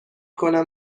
کنم